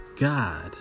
God